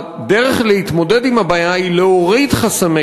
הדרך להתמודד עם הבעיה היא להוריד חסמי